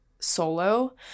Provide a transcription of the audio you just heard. solo